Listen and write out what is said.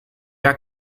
are